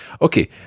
Okay